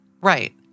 Right